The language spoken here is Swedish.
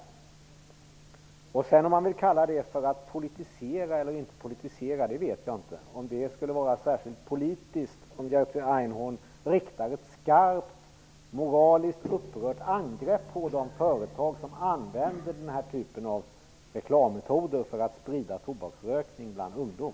När det sedan gäller detta med om man vill kalla det hela för politisering eller inte vet jag inte om det skulle vara särskilt ''politiskt'' om Jerzy Einhorn riktade ett skarpt moraliskt upprört angrepp mot de företag som använder sig av nämnda typ av reklammetoder för att sprida tobaksrökningen bland ungdom.